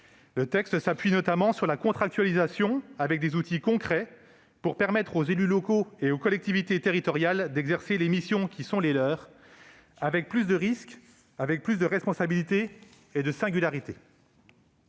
Le texte s'appuie notamment sur la contractualisation, avec des outils concrets pour permettre aux élus locaux et aux collectivités territoriales d'exercer les missions qui sont les leurs, avec plus de risques, de responsabilités et de singularités.